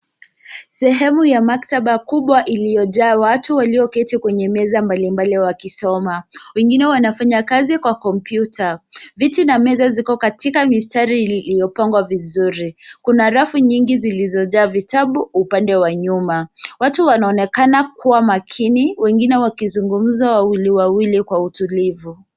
Sehemu ya maktaba kubwa iliyojaa watu walioketi kwenye meza mbalimbali wakisoma. Wengine wanafanya kazi kwa kompyuta. Viti na meza ziko katika mistari iliyopangwa vizuri. Kuna rafu nyingi zilizojaa vitabu upande wa nyuma. Watu wanaonekana kuwa makini, wengine wakizungumza wawili wawili kwa utulivu.